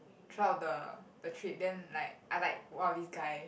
throughout the the trip then like I like go out with this guy